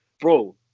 bro